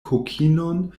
kokinon